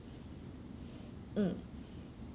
mm